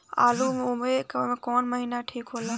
आलू बोए ला कवन महीना ठीक हो ला?